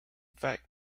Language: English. fact